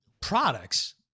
products